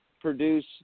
produce